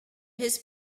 his